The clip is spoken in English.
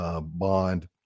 bond